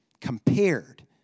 compared